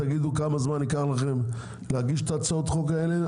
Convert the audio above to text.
תגידו כמה זמן ייקח לכם להגיש את ההצעות האלה.